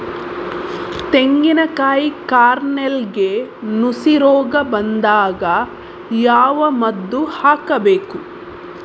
ತೆಂಗಿನ ಕಾಯಿ ಕಾರ್ನೆಲ್ಗೆ ನುಸಿ ರೋಗ ಬಂದಾಗ ಯಾವ ಮದ್ದು ಹಾಕಬೇಕು?